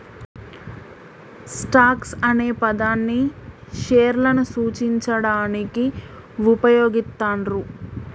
stocks అనే పదాన్ని షేర్లను సూచించడానికి వుపయోగిత్తండ్రు